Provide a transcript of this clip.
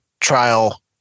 trial